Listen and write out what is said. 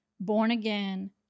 born-again